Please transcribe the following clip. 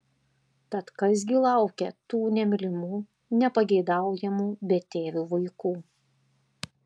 tad kas gi laukia tų nemylimų nepageidaujamų betėvių vaikų